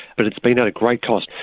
but it's been at a great cost.